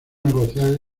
negociar